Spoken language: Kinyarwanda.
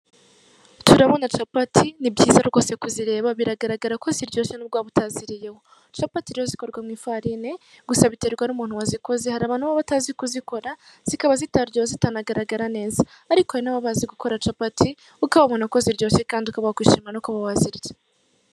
Turabona capati ni byiza rwose kuzireba biragaragara ko zirushye n'ubwo waba utaziriyeho, capati rero zikorwa mu ifarine, gusa biterwa n'umuntu wazikoze, hari abantu baba bataba kuzikora, zikaba zitaryoha zitanagaragara neza, ariko hari na baba bazi gukora capati, ukababona ko ziryoshye kandi ukaba wakishimira no kuba wazirya.